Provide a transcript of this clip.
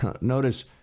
Notice